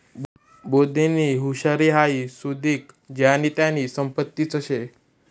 बुध्दीनी हुशारी हाई सुदीक ज्यानी त्यानी संपत्तीच शे